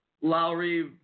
Lowry